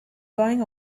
going